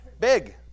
Big